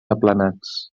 aplanats